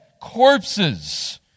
corpses